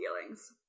feelings